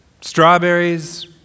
strawberries